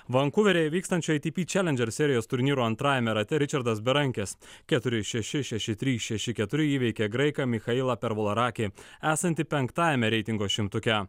vankuveryje vykstančio atp challenger serijos turnyro antrajame rate ričardas berankis keturi šeši šeši trys šeši keturi įveikė graiką michailą pervolarakį esantį penktajame reitingo šimtuke